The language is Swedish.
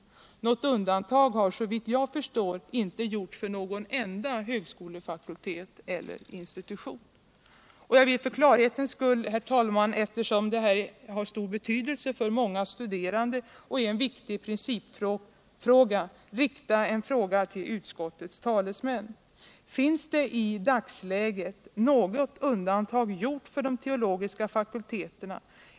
Något undantag har såvitt jag förstår inte gjorts för någon enda högskolefakultet eller institution. Jag vill för klarhetens skull, herr talman, eftersom detta har stor betydelse för många studerande och är ett viktigt principiellt problem, rikta en fråga till utskottets talesmiän: Finns det i dagsläget något undantag för de teologiska fakulteterna.